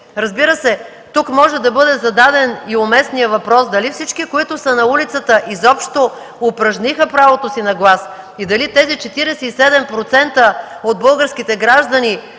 Разбира се, тук може да бъде зададен и уместният въпрос дали всички, които са на улицата, изобщо упражниха правото си на глас и дали тези 47% от българските граждани,